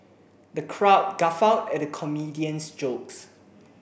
the crowd guffawed at the comedian's jokes